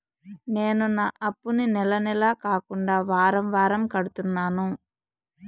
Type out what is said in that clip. నేను నా అప్పుని నెల నెల కాకుండా వారం వారం కడుతున్నాను